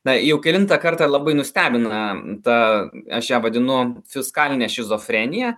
na jau kelintą kartą labai nustebina ta aš ją vadinu fiskaline šizofrenija